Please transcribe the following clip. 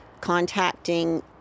contacting